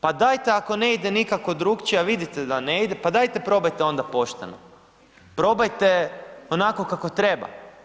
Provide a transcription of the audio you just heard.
Pa dajte ako ne ide nikako drukčije a vidite da ne ide, pa dajte probajte onda pošteno, probajte onako kako treba.